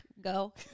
go